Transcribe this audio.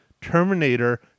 Terminator